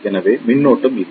எனவே மின்னோட்டம் இல்லை